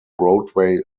broadway